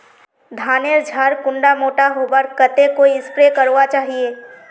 धानेर झार कुंडा मोटा होबार केते कोई स्प्रे करवा होचए?